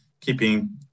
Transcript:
keeping